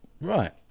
Right